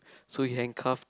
so he handcuff